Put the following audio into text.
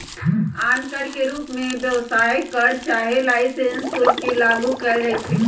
आन कर के रूप में व्यवसाय कर चाहे लाइसेंस शुल्क के लागू कएल जाइछै